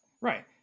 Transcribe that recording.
Right